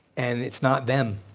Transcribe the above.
and it's not them.